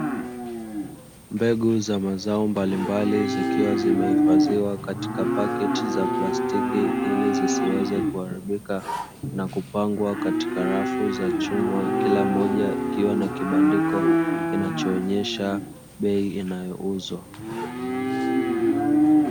Mbegu za mazao mbalimbali zikiwa zimehifadhiwa katika paketi za plastiki ili zisiweze kuharibika na kupangwa katika rafu za chuma, kila moja ikiwa na kibandiko kinachoonyesha bei inayouzwa.